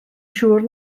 siŵr